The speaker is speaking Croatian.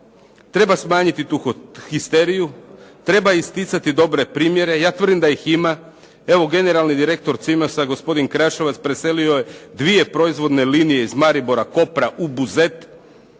Treba smanjiti tu histeriju, treba isticati dobre primjere. Ja tvrdim da ih ima. Evo, generalni direktor Cimosa, gospodin Krašovac preselio je dvije proizvodne linije iz Maribora, Kopra u Buzet.